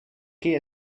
qui